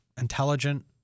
intelligent